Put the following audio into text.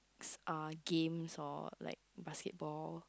are games or like basketball